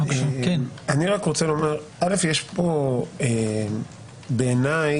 הוא יצפה כמובן בערוץ הכנסת --- לא באותה מפלגה,